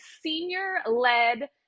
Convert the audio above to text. senior-led